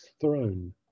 throne